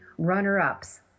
runner-ups